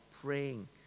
praying